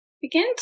Begin